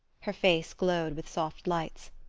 her face glowed with soft lights.